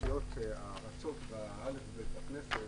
באותיות הרצות ב-א'-ב' לכנסת,